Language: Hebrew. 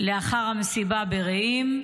לאחר המסיבה ברעים.